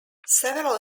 several